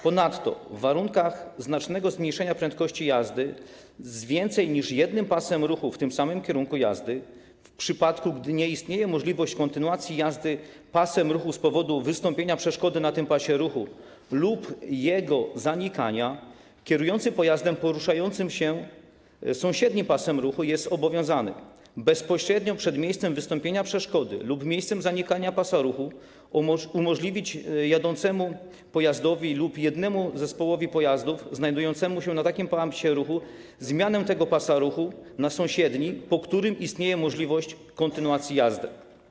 Ponadto w warunkach znacznego zmniejszenia prędkości jazdy na jezdni z więcej niż jednym pasem ruchu w tym samym kierunku jazdy, w przypadku gdy nie istnieje możliwość kontynuacji jazdy pasem ruchu z powodu wystąpienia przeszkody na tym pasie ruchu lub jego zanikania, kierujący pojazdem poruszającym się sąsiednim pasem ruchu jest obowiązany bezpośrednio przed miejscem wystąpienia przeszkody lub miejscem zanikania pasa ruchu umożliwić jadącemu pojazdowi lub jednemu zespołowi pojazdów, znajdującemu się na takim pasie ruchu, zmianę tego pasa ruchu na sąsiedni, po którym istnieje możliwość kontynuacji jazdy.